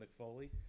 McFoley